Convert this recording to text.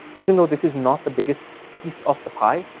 even though this is not the biggest piece of the pie,